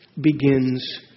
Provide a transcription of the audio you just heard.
begins